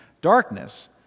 Darkness